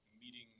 meeting